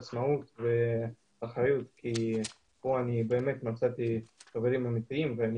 עצמאות ואחריות כי כאן אני באמת מצאתי חברים אמיתיים ואני